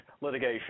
litigation